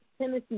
Tennessee